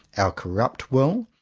our corrupt will,